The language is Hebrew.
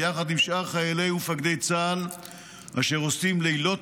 ביחד עם שאר חיילי ומפקדי צה"ל אשר עושים לילות